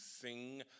sing